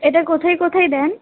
এটা কোথায় কোথায় দেন